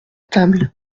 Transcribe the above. table